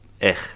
Ech